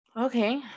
Okay